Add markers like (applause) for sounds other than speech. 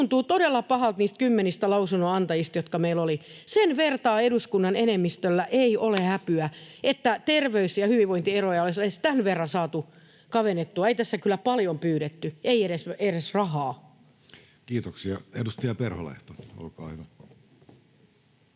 tuntuu todella pahalta niistä kymmenistä lausunnonantajista, jotka meillä oli. (noise) Sen vertaa eduskunnan enemmistöllä ei ole häpyä, että terveys- ja hyvinvointieroja oltaisiin edes tämän verran saatu kavennettua. Ei tässä kyllä paljon pyydetty. Ei edes rahaa. Kiitoksia. — Edustaja Perholehto, olkaa hyvä.